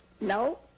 No